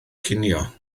cinio